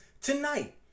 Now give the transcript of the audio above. tonight